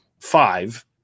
five